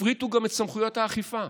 הפריטו גם את סמכויות האכיפה.